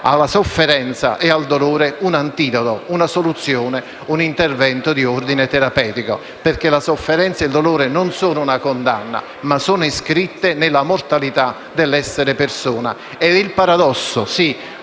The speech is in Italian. dell'essere umano trovare un antidoto, una soluzione, un intervento di ordine terapeutico alla sofferenza e al dolore, perché non sono una condanna, ma sono iscritti nella mortalità dell'essere persona. Il paradosso -